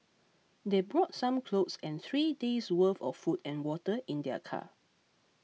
they brought some clothes and three days' worth of food and water in their car